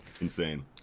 Insane